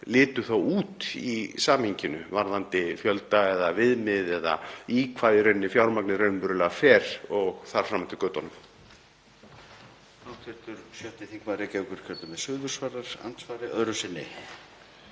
litu þá út í samhenginu varðandi fjölda eða viðmið eða í hvað fjármagnið raunverulega fer og þar fram eftir götunum?